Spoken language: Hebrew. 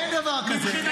אין דבר כזה.